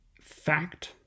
fact